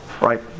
right